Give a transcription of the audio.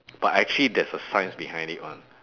but actually there's a science behind it [one]